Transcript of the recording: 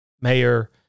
Mayor